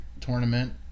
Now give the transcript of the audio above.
tournament